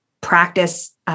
practice